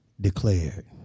declared